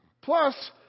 Plus